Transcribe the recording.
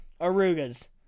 Aruga's